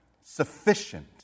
sufficient